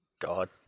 God